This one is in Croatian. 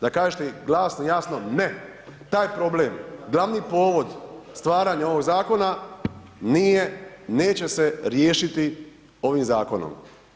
Da kažete glasno i jasno ne, taj problem, glavni povod stvaranja ovog zakona nije, neće se riješiti ovim zakonom.